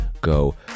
go